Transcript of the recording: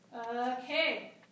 okay